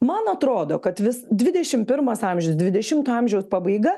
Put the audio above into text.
man atrodo kad vis dvidešim pirmas amžius dvidešimto amžiaus pabaiga